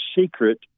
secret